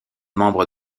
membres